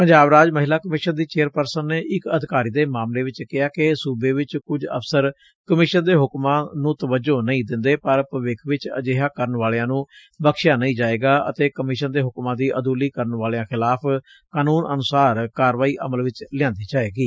ਪੰਜਾਬ ਰਾਜ ਮਹਿਲਾ ਕਮਿਸ਼ਨ ਦੀ ਚੇਅਰਪਰਸਨ ਨੇ ਇਕ ਅਧਿਕਾਰੀ ਦੇ ਮਾਮਲੇ ਚ ਕਿਹਾ ਕਿ ਸੁਬੇ ਵਿੱਚ ਕੁਝ ਅਫਸਰ ਕਮਿਸ਼ਨ ਦੇ ਹੁਕਮਾਂ ਨੂੰ ਤਵੱਜੋ ਨਹੀ ਦਿਂਦੇ ਪਰ ਭਵਿੱਖ ਵਿੱਚ ਅਜਿਹਾ ਕਰਨ ਵਾਲਿਆਂ ਨੂੰ ਬਖਸ਼ਿਆ ਨਹੀ ਜਾਵੇਗਾ ਅਤੇ ਕਮਿਸ਼ਨ ਦੇ ਹੁਕਮਾਂ ਦੀ ਅਦੂਲੀ ਕਰਨ ਵਾਲਿਆਂ ਖਿਲਾਫ ਕਾਨੂੰਨ ਅਨੁਸਾਰ ਕਾਰਵਾਈ ਅਮਲ ਵਿੱਚ ੱਲਿਆਂਦੀ ਜਾਵੇਗੀ